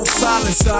silence